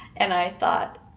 and i thought,